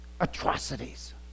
atrocities